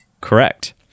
Correct